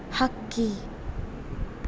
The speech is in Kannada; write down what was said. ಹಕ್ಕಿ